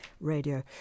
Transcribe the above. Radio